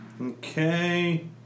Okay